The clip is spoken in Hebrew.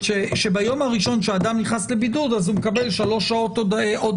שביום הראשון שאדם נכנס לבידוד אז הוא מקבל שלוש הודעות,